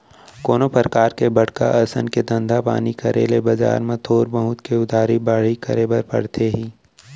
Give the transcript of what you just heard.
कोनो परकार के बड़का असन के धंधा पानी करे ले बजार म थोक बहुत के उधारी बाड़ही करे बर परथे ही